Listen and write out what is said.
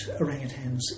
orangutans